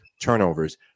turnovers